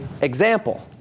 example